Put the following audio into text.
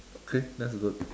okay that's good